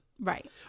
Right